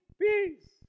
peace